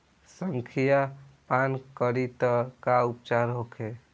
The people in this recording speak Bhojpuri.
संखिया पान करी त का उपचार होखे?